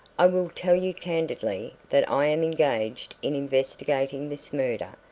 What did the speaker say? i will tell you candidly that i am engaged in investigating this murder,